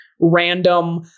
random